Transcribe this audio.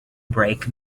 break